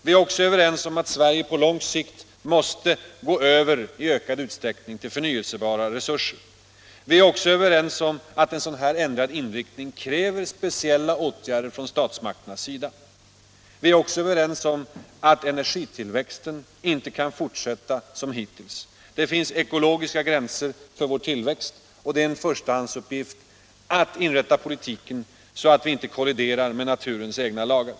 Vi är också överens om att Sverige på lång sikt måste i ökad utsträckning gå över till förnyelsebara resurser. Vi är också = Nr 107 överens om att en sådan ändrad inriktning kräver speciella åtgärder från statsmakternas sida. Vi är också överens om att energikonsumtionens tillväxt inte kan fortsätta som hittills. Det finns ekologiska gränser för denna tillväxt, och det är en förstahandsuppgift att inrätta politiken så Särskilt tillstånd att att vi inte kolliderar med naturens egna lagar.